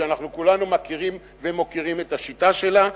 שאנחנו כולנו מכירים ומוקירים את השיטה שלה,